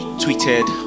tweeted